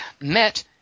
met